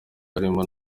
barimo